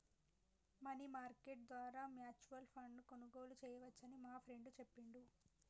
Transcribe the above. money market ద్వారా mutual ఫండ్ను కొనుగోలు చేయవచ్చని మా ఫ్రెండు చెప్పిండు